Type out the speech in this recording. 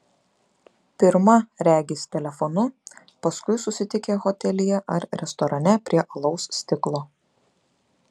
pirma regis telefonu paskui susitikę hotelyje ar restorane prie alaus stiklo